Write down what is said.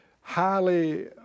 highly